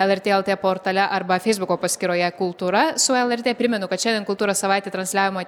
lrt lt portale arba feisbuko paskyroje kultūra su lrt primenu kad šiandien kultūros savaitė transliavome